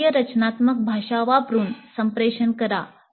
योग्य रचनात्मकभाषा वापरुन संप्रेषण करा